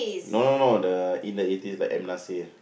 no no no the in the eighties like M Nasir